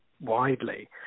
widely